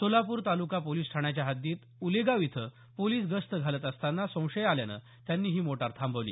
Solapur taluka police ठाण्याच्या हद्दीत उलेगाव इथं पोलीस गस्त घालत असताना संशय आल्यानं त्यांनी ही मोटार थांबवली